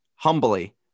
Humbly